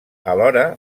alhora